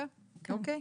יפה, אוקיי.